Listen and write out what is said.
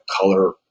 color